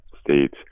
states